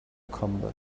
combat